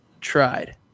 tried